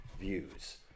Views